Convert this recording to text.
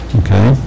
okay